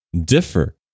differ